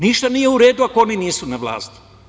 Ništa nije u redu ako oni nisu na vlasti.